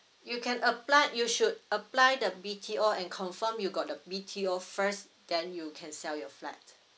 you can apply you should apply the B_T_O and confirm you got the B_T_O first then you can sell your flat